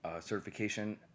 certification